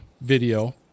video